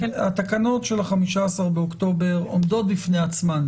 התקנות של ה-15 באוקטובר עומדות בפני עצמן,